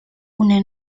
una